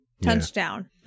touchdown